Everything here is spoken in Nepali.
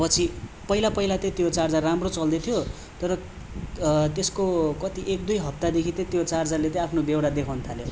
पछि पहिला पहिला त त्यो चार्जर राम्रो चल्दै थियो तर त्यसको कति एकदुई हप्तादेखि चाहिँ त्यो चार्जरले चाहिँ आफ्नो बेहोरा देखाउनु थाल्यो